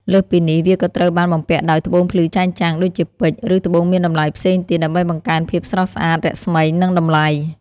លើសពីនេះ វាក៏ត្រូវបានបំពាក់ដោយ ត្បូងភ្លឺចែងចាំង ដូចជាពេជ្រ ឬត្បូងមានតម្លៃផ្សេងទៀត ដើម្បីបង្កើនភាពស្រស់ស្អាត រស្មី និងតម្លៃ។